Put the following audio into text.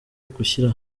gushyira